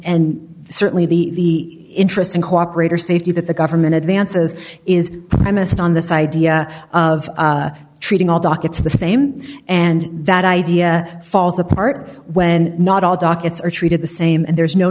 and certainly the interest in cooperator safety that the government advances is i missed on this idea of treating all dockets the same and that idea falls apart when not all dockets are treated the same and there's no